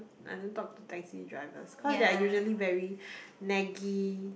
I don't talk to taxi drivers cause they're usually very naggy